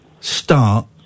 start